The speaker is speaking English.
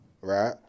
right